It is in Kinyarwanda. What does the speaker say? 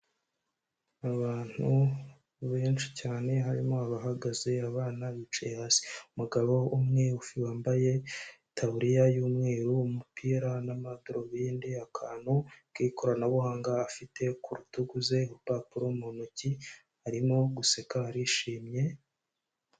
Abantu benshi cyane harimo abahagaze abana bicaye hasi umugabo umwe wambaye itaburiya y'umweru, umupira n'amadarubindi, akantu k'ikoranabuhanga afite ku rutugu, urupapuro mu ntoki arimo guseka arishimye.